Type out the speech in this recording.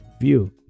view